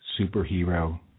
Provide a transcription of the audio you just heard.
superhero